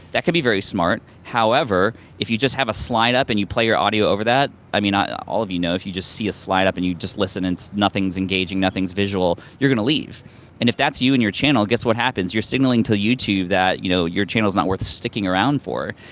that could be very smart, however, if you just have a slide up and you play your audio over that? i mean all of you know, if you just see a slide up and you just listen and nothing's engaging, nothing's visual, you're gonna leave if that's you and your channel, guess what happens? your signaling to youtube that you know your channel's not worth sticking around for,